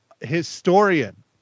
historian